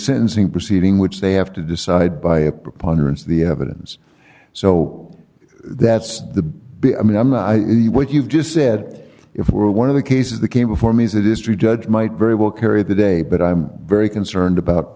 sentencing proceeding which they have to decide by a preponderance of the evidence so that's the big i mean i'm not the what you've just said if we're one of the cases that came before me as it is true judge might very well carry the day but i'm very concerned about